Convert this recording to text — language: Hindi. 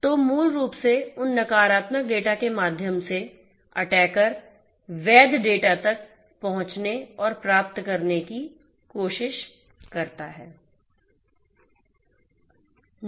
तो मूल रूप से उन नकारात्मक डेटा के माध्यम से हमलावर वैध डेटा तक पहुंचने और प्राप्त करने की कोशिश करता है